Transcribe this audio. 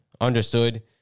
understood